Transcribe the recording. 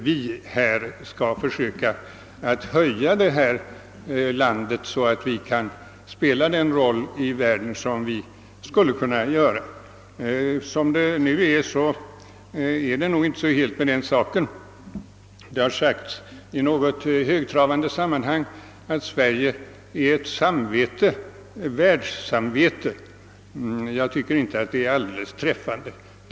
Vi skall försöka höja detta land på ett sådant sätt att det kan spela den roll i världen som det skulle kunna göra. Nu är det nog inte så helt med den saken. I något högtravande sammanhang har det sagts att Sverige är ett världssamvete. Jag tycker inte att detta uttryck är helt träffande.